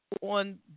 on